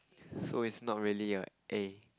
so it's not really a A